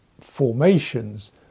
formations